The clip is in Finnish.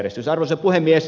arvoisa puhemies